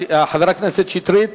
חבר הכנסת שטרית